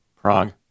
Prague